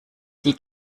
die